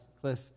Cliff